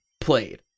played